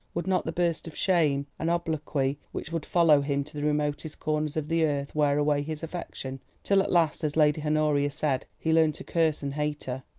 would not the burst of shame and obloquy which would follow him to the remotest corners of the earth wear away his affection, till at last, as lady honoria said, he learned to curse and hate her.